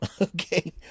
okay